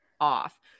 off